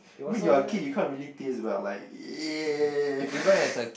mean you're a kid you can't really taste but like ya